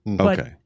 Okay